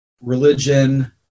religion